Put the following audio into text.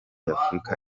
y’afurika